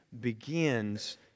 begins